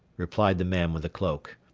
replied the man with the cloak.